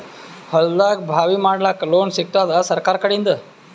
ಹೊಲದಾಗಬಾವಿ ಮಾಡಲಾಕ ಲೋನ್ ಸಿಗತ್ತಾದ ಸರ್ಕಾರಕಡಿಂದ?